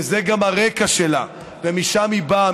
זה גם הרקע שלה ומשם היא באה,